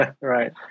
right